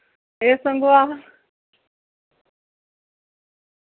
एह् संगोआ